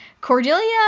Cordelia